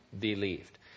believed